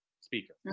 speaker